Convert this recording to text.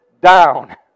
down